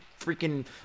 freaking